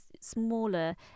smaller